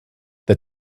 that